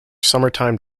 summertime